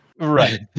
Right